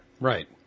Right